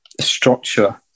structure